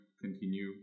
continue